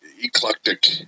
eclectic